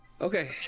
Okay